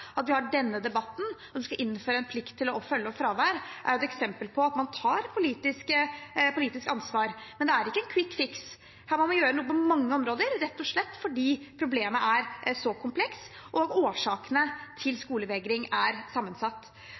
at vi har denne debatten, og at vi skal innføre en plikt til å følge opp fravær, er et eksempel på at man tar politisk ansvar. Men det er ikke en kvikkfiks. Her må man gjøre noe på mange områder, rett og slett fordi problemet er så komplekst, og årsakene til skolevegring er sammensatt.